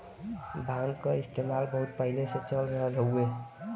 भांग क इस्तेमाल बहुत पहिले से चल रहल हउवे